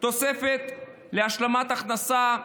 תוספת להשלמת הכנסה,